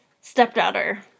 stepdaughter